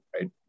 Right